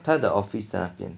他的 officer 在那边